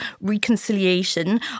reconciliation